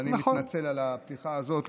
ואני מתנצל על הפתיחה הזאת.